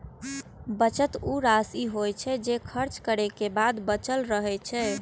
बचत ऊ राशि होइ छै, जे खर्च करै के बाद बचल रहै छै